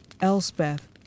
Elspeth